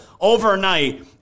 overnight